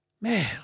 Man